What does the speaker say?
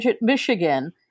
Michigan